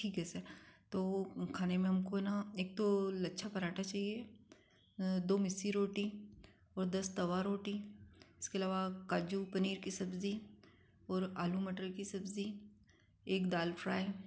ठीक है सर तो खाने में हमको ना एक तो लच्छा पराठा चाहिए दो मिस्सी रोटी और दस तवा रोटी इसके अलावा काजू पनीर की सब्जी और आलू मटर की सब्जी एक दाल फ्राई